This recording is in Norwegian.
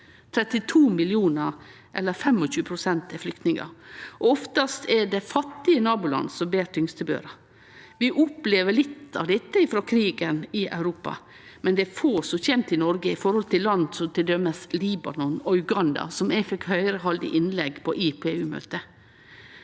32 millionar, eller 25 pst., er flyktningar. Ofte er det fattige naboland som ber den tyngste børa. Vi opplever litt av dette frå krigen i Europa, men det er få som kjem til Noreg i forhold til land som t.d. Libanon og Uganda, som eg fekk høyre halde innlegg på IPU-møtet,